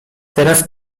teraz